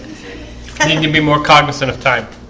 kind of be more cognizant of time